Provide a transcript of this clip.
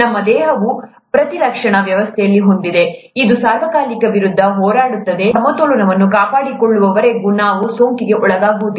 ನಮ್ಮ ದೇಹವು ಪ್ರತಿರಕ್ಷಣಾ ವ್ಯವಸ್ಥೆಯನ್ನು ಹೊಂದಿದೆ ಇದು ಸಾರ್ವಕಾಲಿಕ ವಿರುದ್ಧ ಹೋರಾಡುತ್ತದೆ ಮತ್ತು ಈ ಸಮತೋಲನವನ್ನು ಕಾಪಾಡಿಕೊಳ್ಳುವವರೆಗೆ ನಾವು ಸೋಂಕಿಗೆ ಒಳಗಾಗುವುದಿಲ್ಲ